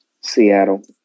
Seattle